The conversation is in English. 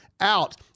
out